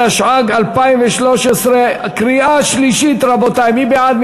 התשע"ג 2013, קריאה שלישית, מי בעד?